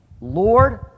Lord